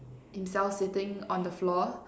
himself sitting on the floor